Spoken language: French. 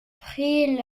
prit